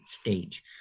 stage